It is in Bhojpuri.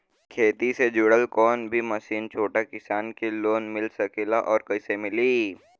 खेती से जुड़ल कौन भी मशीन छोटा किसान के लोन मिल सकेला और कइसे मिली?